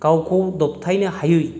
गावखौ दबथायनो हायै